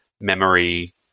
memory